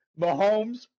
Mahomes